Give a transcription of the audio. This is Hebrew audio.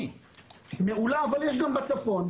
אבל יש גם בצפון.